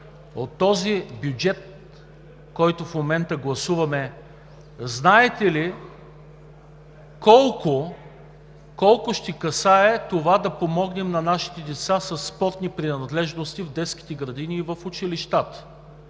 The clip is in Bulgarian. От този бюджет, който в момента гласуваме, знаете ли колко ще касае това да помогнем на нашите деца със спортни принадлежности в детските градини и в училищата?